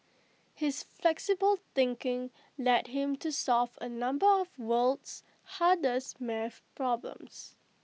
his flexible thinking led him to solve A number of world's hardest math problems